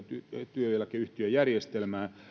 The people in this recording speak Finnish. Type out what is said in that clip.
työeläkeyhtiöjärjestelmää